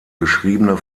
geschriebene